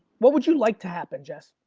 what would you like to happen, jess?